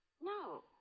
No